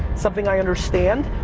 something i understand,